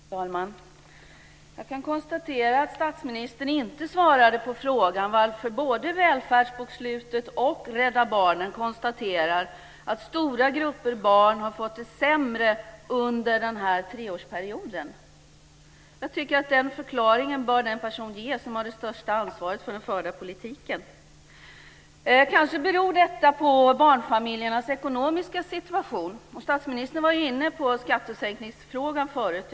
Fru talman! Jag konstaterar att statsministern inte svarade på frågan varför både Välfärdsbokslutet och Rädda Barnen konstaterar att stora grupper barn har fått det sämre under den här treårsperioden. Jag tycker att den person som har det största ansvaret för den förda politiken bör ge den förklaringen. Detta beror kanske på barnfamiljernas ekonomiska situation. Statsministern var ju inne på skattesänkningsfrågan tidigare.